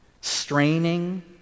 Straining